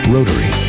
Rotary